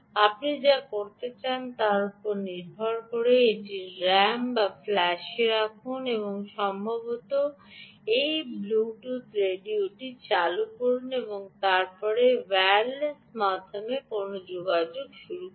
আপনি যা করতে চান তার উপর নির্ভর করে এটিকে ram বা ফ্ল্যাশ এ রাখুন এবং সম্ভবত এই ব্লুটুথ রেডিওটি চালু করুন এবং তারপরে ওয়্যারলেস মাধ্যমে কোনও যোগাযোগ করুন